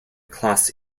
class